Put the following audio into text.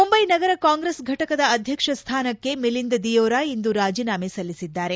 ಮುಂಬೈ ನಗರ ಕಾಂಗ್ರೆಸ್ ಫಟಕದ ಅಧ್ಯಕ್ಷ ಸ್ಥಾನಕ್ಕೆ ಮಿಲಿಂದ ದಿಯೋರಾ ಇಂದು ರಾಜೀನಾಮೆ ಸಲ್ಲಿಸಿದ್ದಾರೆ